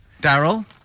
Daryl